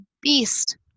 beast